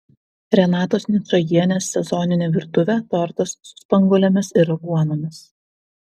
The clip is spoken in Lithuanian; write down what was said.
renatos ničajienės sezoninė virtuvė tortas su spanguolėmis ir aguonomis